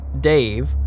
Dave